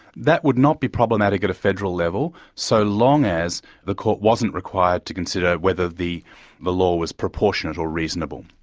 that would not be problematic at a federal level, so long as the court wasn't required to consider whether the the law was proportionate or reasonable.